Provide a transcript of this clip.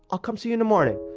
i'll come see you in the morning.